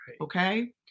Okay